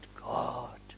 God